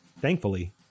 thankfully